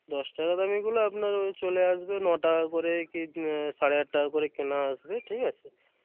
দশ টাকা দামেরগুলো আপনার ওই চলে আসবে ন টাকা করে কি সাড়ে আট টাকা করে কেনা আসবে ঠিক আছে